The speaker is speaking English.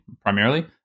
primarily